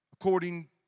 according